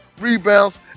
rebounds